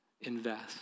Invest